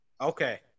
Okay